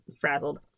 frazzled